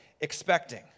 expecting